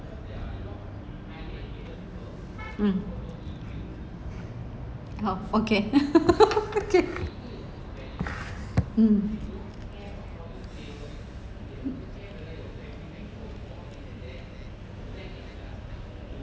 mm oh okay okay mm